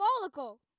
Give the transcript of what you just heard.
follicle